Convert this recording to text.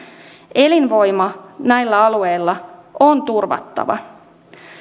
elinvoima näillä alueilla on turvattava